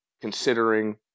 considering